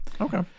Okay